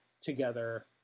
together